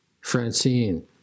Francine